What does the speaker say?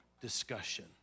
discussion